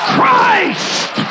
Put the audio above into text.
Christ